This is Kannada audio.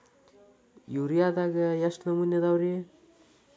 ಯೂರಿಯಾದಾಗ ಎಷ್ಟ ನಮೂನಿ ಅದಾವ್ರೇ?